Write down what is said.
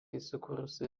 įsikūrusi